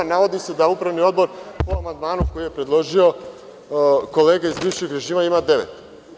Navodi se da Upravni odbor po amandmanu koji je predložio kolega iz bivšeg režima ima devet.